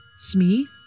Smee